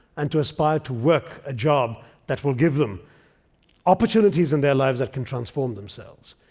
and to aspire to work a job that will give them opportunities in their lives that can transform themselves.